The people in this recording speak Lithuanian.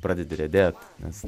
pradedi riedėt nes